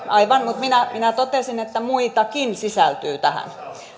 aivan mutta minä minä totesin että muitakin sisältyy tähän